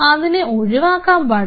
അതിനെ ഒഴിവാക്കാൻ പാടില്ല